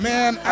Man